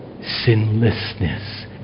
sinlessness